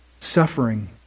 suffering